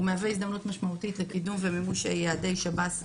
הוא מהווה הזדמנות משמעותית לקידום ומימוש יעדי שב"ס,